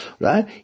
right